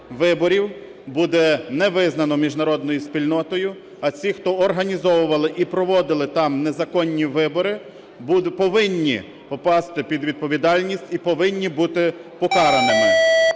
виборів буде не визнано міжнародною спільнотою, а ті, хто організовували і проводили там незаконні вибори, повинні попасти під відповідальність і повинні бути покараними.